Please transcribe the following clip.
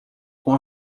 com